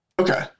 okay